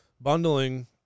bundling